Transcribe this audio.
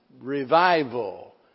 Revival